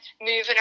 moving